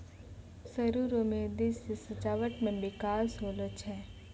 सरु रो मेंहदी से सजावटी मे बिकास होलो छै